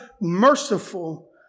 merciful